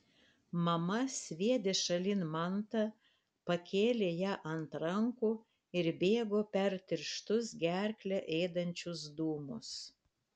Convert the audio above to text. mama sviedė šalin mantą pakėlė ją ant rankų ir bėgo per tirštus gerklę ėdančius dūmus